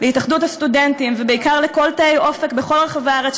להתאחדות הסטודנטים ובעיקר לכל תאי "אופק" בכל רחבי הארץ,